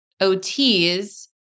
OTs